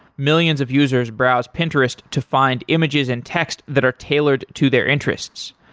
millions of users browse pinterest to find images and text that are tailored to their interests.